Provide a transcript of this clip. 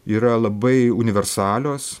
yra labai universalios